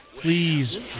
Please